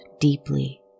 deeply